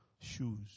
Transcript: shoes